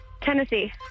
Tennessee